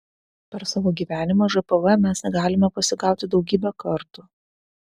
per savo gyvenimą žpv mes galime pasigauti daugybę kartų